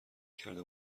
کرده